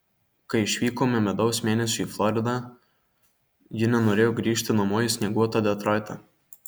kai išvykome medaus mėnesiui į floridą ji nenorėjo grįžti namo į snieguotą detroitą